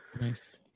Nice